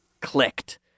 clicked